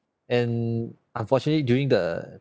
and unfortunately during the